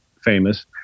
famous